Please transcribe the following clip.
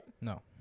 No